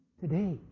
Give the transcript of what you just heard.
Today